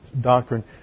doctrine